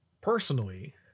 Personally